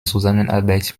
zusammenarbeit